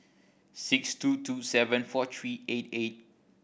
six two two seven four three eight eight